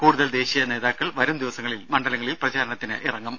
കൂടുതൽ ദേശീയ നേതാക്കൾ വരും ദിവസങ്ങളിൽ മണ്ഡലങ്ങളിൽ പ്രചാരണത്തിനിറങ്ങും